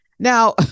Now